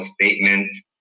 statements